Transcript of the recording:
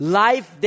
life